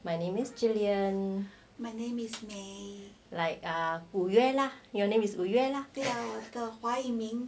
my name is gillian like your name is 五月 lah like 五月 lah